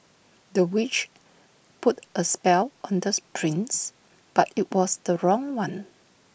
the witch put A spell on this prince but IT was the wrong one